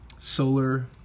solar